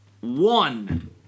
One